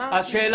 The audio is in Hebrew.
השאלה